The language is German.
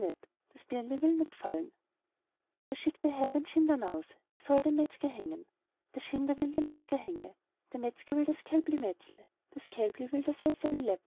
das birnli will nit fallen da schickt der herr den schinder naus er soll den metzger hängen der schinder will den metzger hänge der metzger will das kälbli metzle das kälbli will das